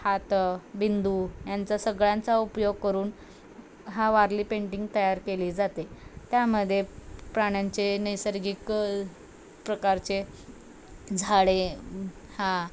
हातं बिंदू यांचा सगळ्यांचा उपयोग करून हा वारली पेंटिंग तयार केली जाते त्यामध्ये प्राण्यांचे नैसर्गिक प्रकारचे झाडे हा